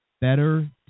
better